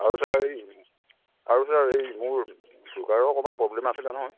আৰু ছাৰ এই আৰু ছাৰ এই মোৰ চুগাৰৰ অকণমান প্ৰব্লেম আছিলে নহয়